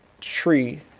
tree